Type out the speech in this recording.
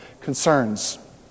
concerns